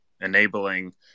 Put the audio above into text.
enabling